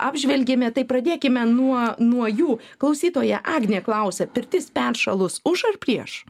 apžvelgėme tai pradėkime nuo nuo jų klausytoja agnė klausia pirtis peršalus už ar prieš